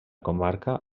comarca